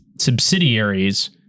subsidiaries